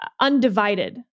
undivided